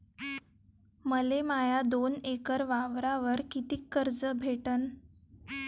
मले माया दोन एकर वावरावर कितीक कर्ज भेटन?